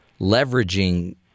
leveraging